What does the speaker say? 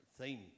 Theme